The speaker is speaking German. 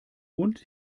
und